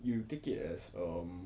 you take it as um